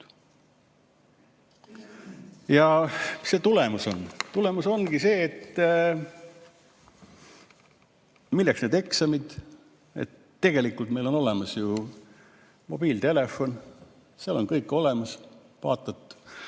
Mis see tulemus on? Tulemus ongi see, et milleks need eksamid, meil on olemas ju mobiiltelefon, seal on kõik olemas, vaatad,